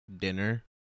dinner